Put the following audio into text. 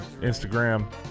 Instagram